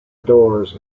doors